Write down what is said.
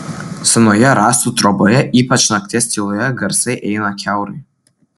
senoje rąstų troboje ypač nakties tyloje garsai eina kiaurai